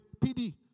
PD